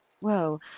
Whoa